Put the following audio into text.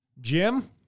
Jim